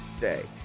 day